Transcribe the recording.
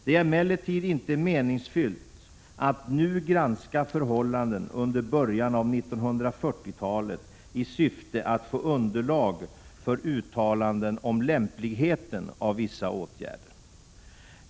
Det är emellertid inte meningsfullt att nu granska förhållanden under början av 1940-talet i syfte att få underlag för uttalanden om lämpligheten av vissa åtgärder.